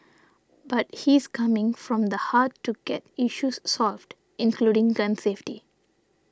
but he's coming from the heart to get issues solved including gun safety